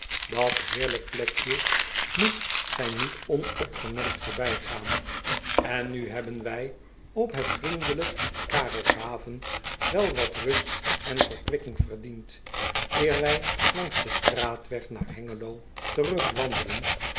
at heerlijk plekje moet gij niet onopgemerkt voorbijgaan n nu hebben wij op het vriendelijk arelshaven wel wat rust en verkwikking verdiend eer wij langs den straatweg naar engelo terug wandelen